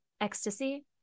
ecstasy